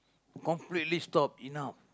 completely stop enough